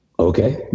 Okay